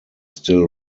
still